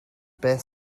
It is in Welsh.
beth